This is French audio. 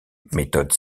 méthode